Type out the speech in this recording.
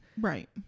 Right